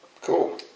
Cool